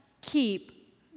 keep